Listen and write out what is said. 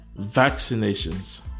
vaccinations